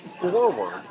forward